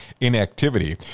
inactivity